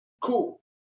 cool